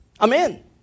Amen